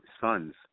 sons